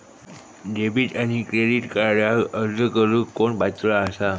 Debit आणि credit कार्डक अर्ज करुक कोण पात्र आसा?